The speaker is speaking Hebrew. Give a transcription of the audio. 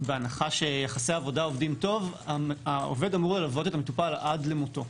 בהנחה שיחסי עבודה עובדים טוב העובד אמור ללוות את המטופל עד למותו,